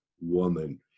woman